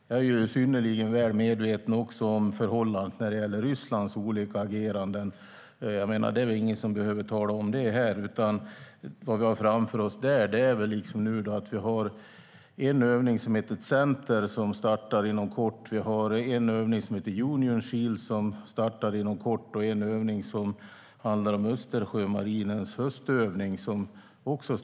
Jag är också synnerligen väl medveten om förhållandet när det gäller Rysslands olika ageranden. Det behöver ingen tala om för mig. Det vi har framför oss är en övning som heter Center som startar inom kort. Också övningen Union Shield startar inom kort. Dessutom startar Östersjömarinens höstövning i närtid.